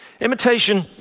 Imitation